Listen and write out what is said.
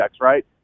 right